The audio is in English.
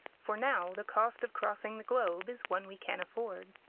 for now the cost of crossing the globe is one we can afford.